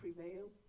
prevails